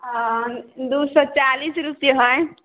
आ दू सए चालीस रुपैये हय